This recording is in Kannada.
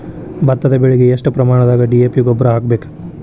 ಭತ್ತದ ಬೆಳಿಗೆ ಎಷ್ಟ ಪ್ರಮಾಣದಾಗ ಡಿ.ಎ.ಪಿ ಗೊಬ್ಬರ ಹಾಕ್ಬೇಕ?